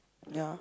yeah